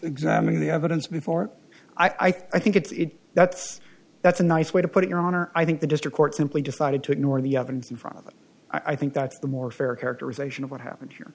examining the evidence before i think it's that's that's a nice way to put it your honor i think the district court simply decided to ignore the evidence in front of them i think that's the more fair characterization of what happened here